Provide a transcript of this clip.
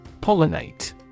Pollinate